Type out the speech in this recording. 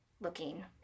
looking